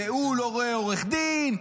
והוא לא רואה עורך דין.